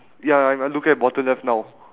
ya I I looking at bottom left now